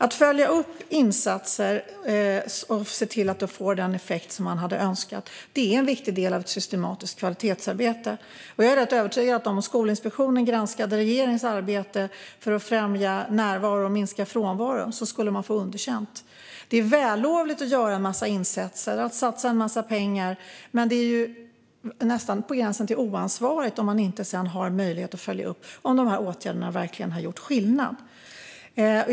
Att följa upp insatser och se till att de får den effekt som man har önskat är en viktig del av ett systematiskt kvalitetsarbete. Och jag är rätt övertygad om att om Skolinspektionen granskade regeringens arbete för att främja närvaro och minska frånvaro skulle man få underkänt. Det är vällovligt att göra en massa insatser och att satsa en massa pengar. Men det är nästan på gränsen till oansvarigt om man sedan inte har möjlighet att följa upp om dessa åtgärder verkligen har gjort skillnad.